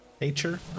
Nature